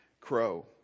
crow